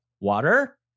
water